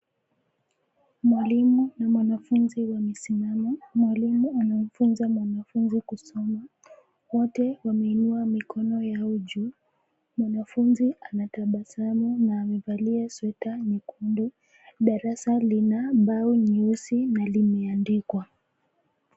Mwalimu na mwanafunzi wamesimama. Mwalimu anamfunza mwanafunzi kusoma. Wote wameinua mikono yao juu. Mwanafunzi anatabasamu na amevalia sweta nyekundu. Darasa lina bao nyeusi na limeandikwa.